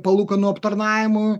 palūkanų aptarnavimo